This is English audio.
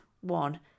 One